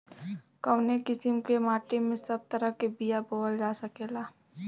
कवने किसीम के माटी में सब तरह के बिया बोवल जा सकेला?